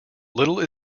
little